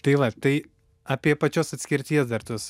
tai va tai apie pačios atskirties dar tuos